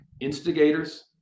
instigators